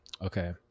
Okay